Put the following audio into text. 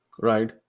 Right